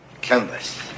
Canvas